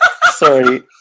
Sorry